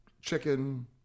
chicken